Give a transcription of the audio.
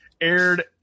aired